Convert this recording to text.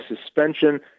suspension